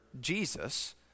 Jesus